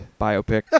biopic